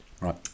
right